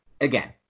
again